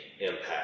impact